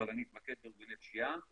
אבל אני אתמקד בארגוני פשיעה,